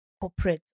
corporate